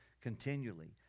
continually